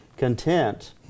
content